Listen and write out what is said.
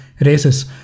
races